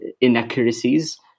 inaccuracies